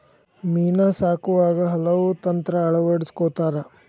ಮೇನಾ ಸಾಕುವಾಗ ಹಲವು ತಂತ್ರಾ ಅಳವಡಸ್ಕೊತಾರ